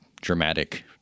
dramatic